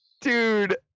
Dude